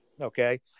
Okay